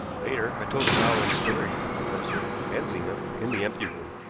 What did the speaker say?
later i told the following story to the professor and zena in the empty room.